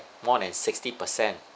more than sixty percent